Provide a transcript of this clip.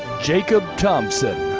jaycob thomson.